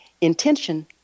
intention